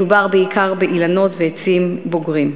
מדובר בעיקר באילנות ועצים בוגרים.